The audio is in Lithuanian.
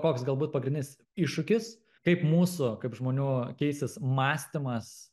koks galbūt pagrindinis iššūkis kaip mūsų kaip žmonių keisis mąstymas